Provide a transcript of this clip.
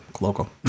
Local